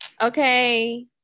Okay